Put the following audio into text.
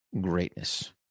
Greatness